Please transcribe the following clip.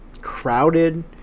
Crowded